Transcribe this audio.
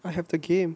I have the game